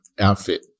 Outfit